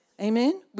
Amen